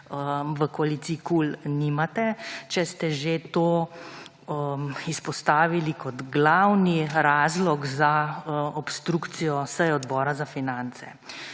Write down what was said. v koaliciji kul nimate, če ste že to izpostavili kot glavni razlog za obstrukcijo seje Odbora za finance.